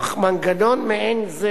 אך מנגנון מעין זה,